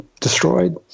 Destroyed